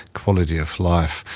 quality of life,